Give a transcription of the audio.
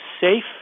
safe